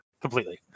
completely